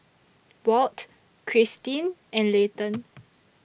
Walt Kristyn and Layton